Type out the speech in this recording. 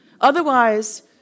Otherwise